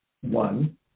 one